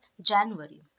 January